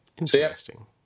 interesting